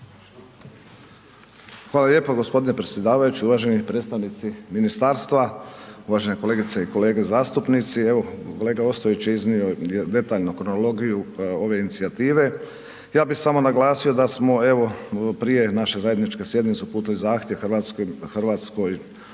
Pero (HDZ)** Gospodine predsjedavajući, uvaženi predstavnici ministarstva, uvažene kolegice i kolege zastupnici. Evo kolega Ostojić je iznio detaljnu kronologiju ove inicijative. Ja bih samo naglasio da smo prije naše zajedničke sjednice uputili zahtjev Hrvatskoj udruzi